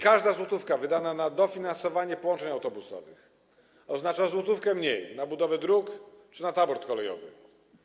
Każda złotówka wydana na dofinansowanie połączeń autobusowych oznacza złotówkę mniej na budowę dróg czy na tabor kolejowy.